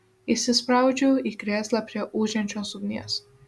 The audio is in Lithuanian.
įsispraudžiau į krėslą prie ūžiančios ugnies